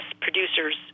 producers